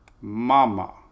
Mama